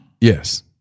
Yes